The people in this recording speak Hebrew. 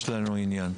יש לנו עניין.